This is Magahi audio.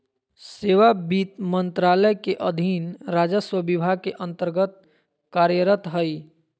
सेवा वित्त मंत्रालय के अधीन राजस्व विभाग के अन्तर्गत्त कार्यरत हइ